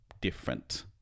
different